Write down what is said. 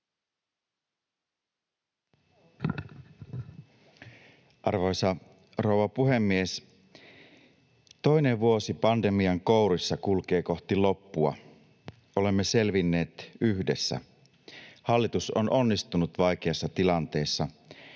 Arvoisa rouva puhemies! Toinen vuosi pandemian kourissa kulkee kohti loppua — olemme selvinneet yhdessä. Hallitus on onnistunut vaikeassa tilanteessa,